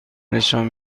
نشان